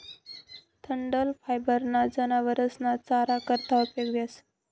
डंठल फायबर ना जनावरस ना चारा करता उपयोग व्हस